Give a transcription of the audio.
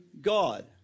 God